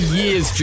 years